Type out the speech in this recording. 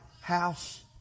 house